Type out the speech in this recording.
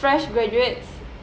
fresh graduates